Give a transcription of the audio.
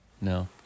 No